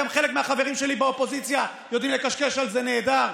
גם חלק מהחברים שלי באופוזיציה יודעים לקשקש על זה נהדר,